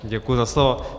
Děkuji za slovo.